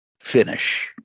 Finish